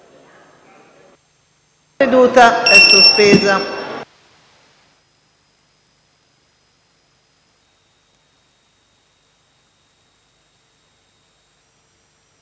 La seduta è ripresa.